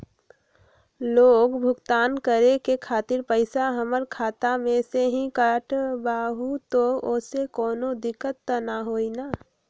Loan भुगतान करे के खातिर पैसा हमर खाता में से ही काटबहु त ओसे कौनो दिक्कत त न होई न?